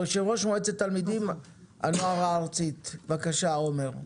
יושב ראש מועצת תלמידים והנוער הארצית בבקשה עומר.